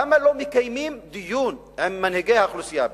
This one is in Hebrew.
למה לא מקיימים דיון עם מנהיגי האוכלוסייה הבדואית?